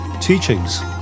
teachings